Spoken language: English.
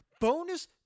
Bonus